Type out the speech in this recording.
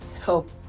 help